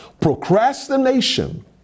Procrastination